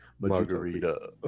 margarita